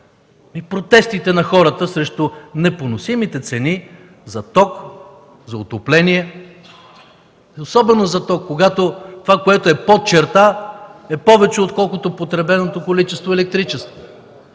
– протестите на хората срещу непоносимите цени за ток, за отопление. Особено за ток, когато това, което е под черта, е повече отколкото потребеното количество електричество,